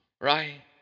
Right